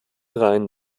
reihen